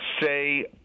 say